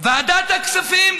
ועדת הכספים,